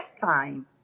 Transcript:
time